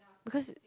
because